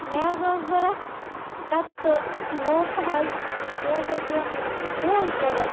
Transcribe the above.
مےٚ حظ اوس ضروٗرت کَتٕر نوٚٹ حظ بیٚیہِ حظ اوس مےٚ ڈُل ضروٗرت